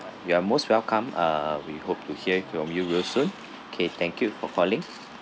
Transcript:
you are most welcome uh we hope to hear from you real soon okay thank you for calling